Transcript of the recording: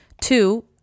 Two